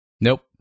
Nope